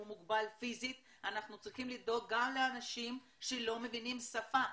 מוגבל פיזית אנחנו צריכים לדאוג גם לאנשים שלא מבינים את השפה.